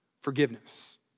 forgiveness